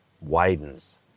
widens